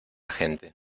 gente